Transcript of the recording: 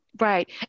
Right